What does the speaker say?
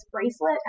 bracelet